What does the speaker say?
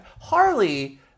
Harley